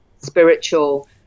spiritual